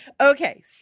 Okay